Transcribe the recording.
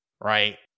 right